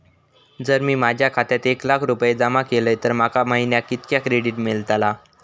जर मी माझ्या खात्यात एक लाख रुपये जमा केलय तर माका महिन्याक कितक्या क्रेडिट मेलतला?